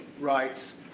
rights